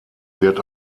wird